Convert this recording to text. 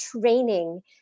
training